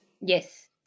Yes